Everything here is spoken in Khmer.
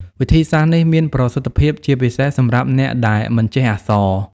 វិធីសាស្ត្រនេះមានប្រសិទ្ធភាពជាពិសេសសម្រាប់អ្នកដែលមិនចេះអក្សរ ។